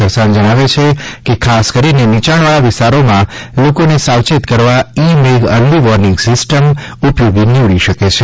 ખરસાણ જણાવે છે કે ખાસ કરીને નીચાણવાળા વિસ્તારોમાં લોકોને સાવચેત રહેવા ઇ મેઘ અર્લી ર્વોનિંગ સીસ્ટમ ઉપયોગી નીવડી શકે છે